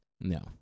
No